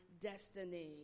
destiny